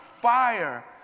fire